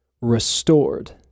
Restored